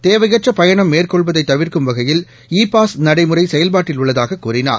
தேவையற்றபயணம் மேற்கொள்வதைதவிா்க்கும் வகையில் e pass நடைமுறைசெயல்பாட்டில் உள்ளதாகக் கூறினார்